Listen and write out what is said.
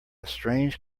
strange